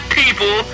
people